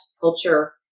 culture